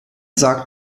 sagt